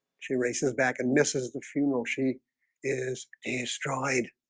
she races back and misses the funeral she is in stride